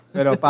Pero